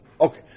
Okay